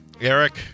Eric